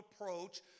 approach